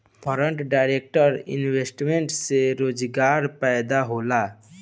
foreign direct investment से रोजगार पैदा होला